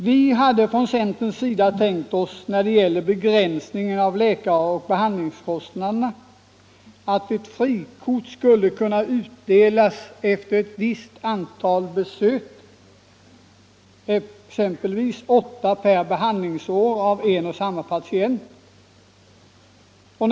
Vi hade från centerns sida tänkt oss när det gäller begränsningen av läkar och behandlingskostnaderna att ett frikort skulle utdelas efter ett visst antal besök, exempelvis åtta av en och samma patient per behandlingsår.